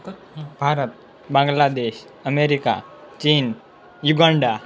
Bharat Bangladesh America ચીન Uganda